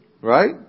Right